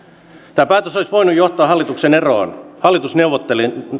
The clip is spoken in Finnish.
tämä päätös olisi voinut johtaa hallituksen eroon hallitusneuvotteluihin